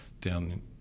down